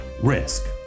risk